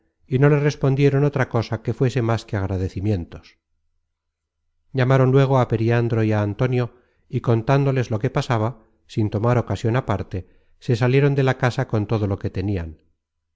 y no le respondieron otra cosa que fuese más que agradecimientos llamaron luego á periandro y á antonio y contándoles lo que pasaba sin tomar ocasion aparente se salieron de la casa con todo lo que tenian